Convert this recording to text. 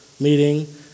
meeting